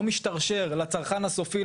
לא משתרשר לצרכן הסופי,